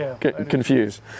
confused